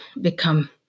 become